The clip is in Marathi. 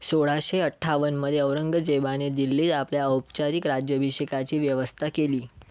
सोळाशे अठ्ठावन्नमध्ये औरंगजेबाने दिल्लीत आपल्या औपचारिक राज्याभिषेकाची व्यवस्था केली